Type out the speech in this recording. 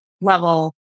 level